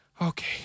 Okay